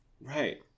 Right